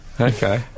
Okay